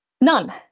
None